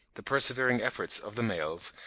the persevering efforts of the males,